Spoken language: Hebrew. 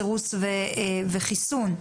סירוס וחיסון.